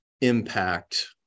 impact